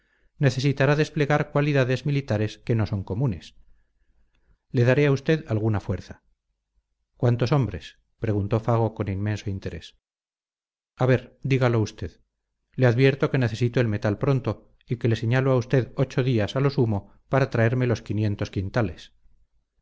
necesitará desplegar cualidades militares que no son comunes le daré a usted alguna fuerza cuántos hombres preguntó fago con inmenso interés a ver dígalo usted le advierto que necesito el metal pronto y que le señalo a usted ocho días a lo sumo para traerme los quinientos quintales